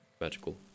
magical